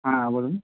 হ্যাঁ বলুন